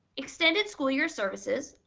extended school year services.